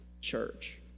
church